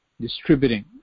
distributing